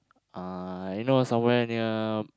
uh you know somewhere near